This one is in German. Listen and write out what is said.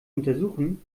untersuchen